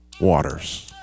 waters